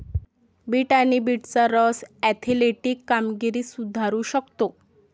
bit आणि बीटचा रस ऍथलेटिक कामगिरी सुधारू शकतो